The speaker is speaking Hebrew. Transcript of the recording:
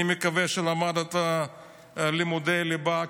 אני מקווה שלמדת לימודי ליבה,